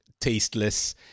tasteless